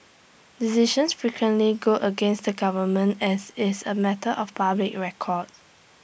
decisions frequently go against the government as is A matter of public record